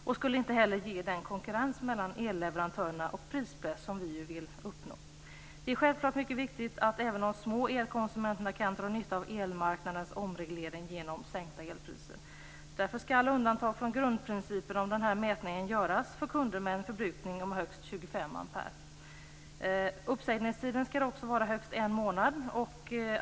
Det ger inte heller den konkurrens mellan elleverantörerna och den prispress som vi vill uppnå. Det är självfallet mycket viktigt att även de små elkonsumenterna kan dra nytta av elmarknadernas omreglering genom sänkta elpriser. Därför skall undantag från grundprincipen om denna mätning göras för kunder med en förbrukning om högst 25 ampere. Uppsägningstiden skall också vara högst en månad.